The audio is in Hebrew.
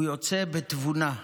הוא יוצא בתבונה.